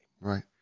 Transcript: right